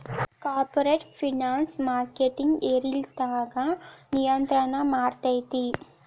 corporate finance ಮಾರ್ಕೆಟಿಂದ್ ಏರಿಳಿತಾನ ನಿಯಂತ್ರಣ ಮಾಡ್ತೇತಿ